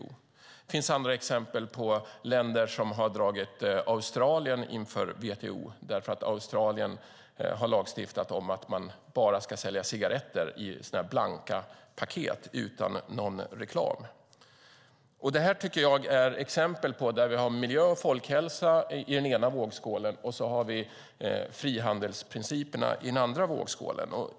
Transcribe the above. Det finns också exempel på länder som har dragit Australien inför WTO därför att Australien lagstiftat om att man bara ska sälja cigaretter i blanka paket utan någon reklam. Det här är exempel där vi har miljö och folkhälsa i den ena vågskålen och frihandelsprinciperna i den andra.